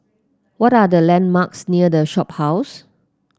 what are the landmarks near The Shophouse